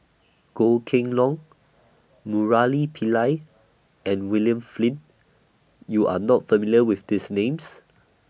Goh Kheng Long Murali Pillai and William Flint YOU Are not familiar with These Names